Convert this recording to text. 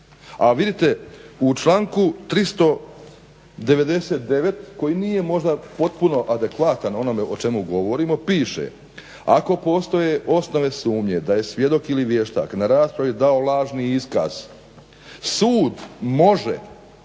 A vidite, u članku 399. koji nije možda potpuno adekvatan onome o čemu govorimo piše. Ako postoje osnovne sumnje da je svjedok ili vještak na raspravi dao lažni iskaz sud može